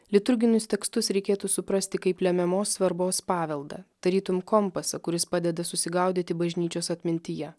liturginius tekstus reikėtų suprasti kaip lemiamos svarbos paveldą tarytum kompasą kuris padeda susigaudyti bažnyčios atmintyje